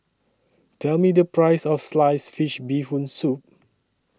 Tell Me The Price of Sliced Fish Bee Hoon Soup